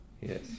Yes